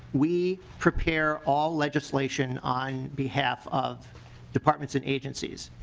we prepare all legislation on behalf of department and agency.